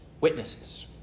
witnesses